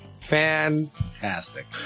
Fantastic